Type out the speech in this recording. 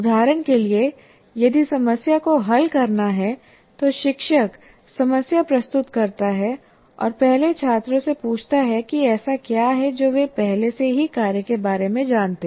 उदाहरण के लिए यदि समस्या को हल करना है तो शिक्षक समस्या प्रस्तुत करता है और पहले छात्रों से पूछता है कि ऐसा क्या है जो वे पहले से ही कार्य के बारे में जानते हैं